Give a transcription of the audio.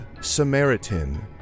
Samaritan